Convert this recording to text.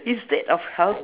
instead of help